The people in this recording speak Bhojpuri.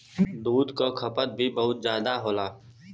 दूध क खपत भी बहुत जादा होला